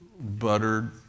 buttered